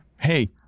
hey